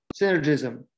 Synergism